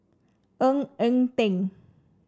Ng Eng Teng